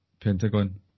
Pentagon